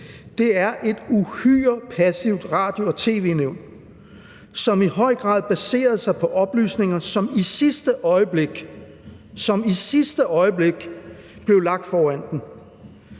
med, er et uhyre passivt Radio- og tv-nævn, som i høj grad baserede sig på oplysninger, som i sidste øjeblik – i sidste